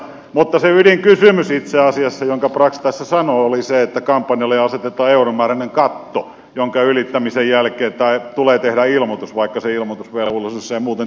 mutta itse asiassa se ydinkysymys jonka brax tässä sanoi oli se että kampanjalle asetetaan euromääräinen katto jonka ylittämisen jälkeen tulee tehdä ilmoitus vaikka se ilmoitusvelvollisuus ei muuten täyttyisikään